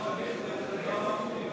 השר יצחק אהרונוביץ.